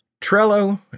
Trello